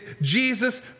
Jesus